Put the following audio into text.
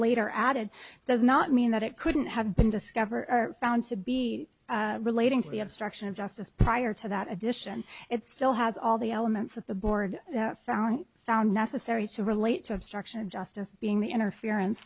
later added does not mean that it couldn't have been discovered are found to be relating to the obstruction of justice prior to that addition it still has all the elements of the board that found found necessary to relate to obstruction of justice being the interference